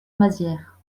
mazières